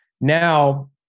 now